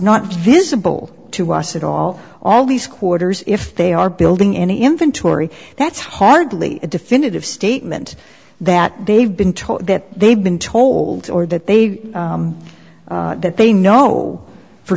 not visible to us at all all these quarters if they are building in inventory that's hardly a definitive statement that they've been told that they've been told or that they that they know for